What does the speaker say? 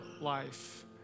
life